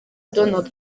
donald